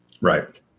Right